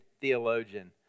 theologian